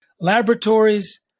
laboratories